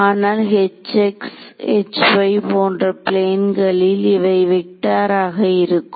ஆனால் போன்ற பிளேன்களில் இவை வெக்டார் ஆக இருக்கும்